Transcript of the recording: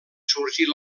sorgir